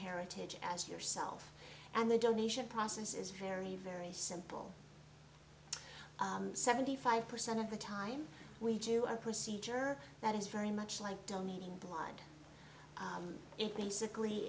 heritage as yourself and the donation process is very very simple seventy five percent of the time we do a procedure that is very much like donating blood it basically